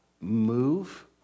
move